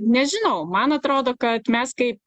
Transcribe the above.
nežinau man atrodo kad mes kaip